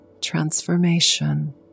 Transformation